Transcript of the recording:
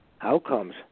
outcomes